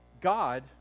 God